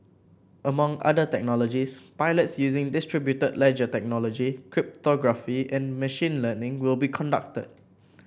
among other technologies pilots using distributed ledger technology cryptography and machine learning will be conducted